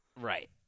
Right